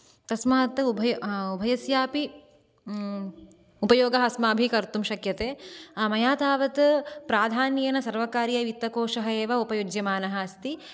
तस्मात् उभय उभयस्यापि उपयोगः अस्माभिः कर्तुं शक्यते मया तावत् प्राधान्येन सर्वकारीयवित्तकोषः एव उपयुज्यमानः अस्ति